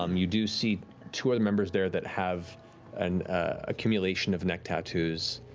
um you do see two of the members there that have an accumulation of neck tattoos.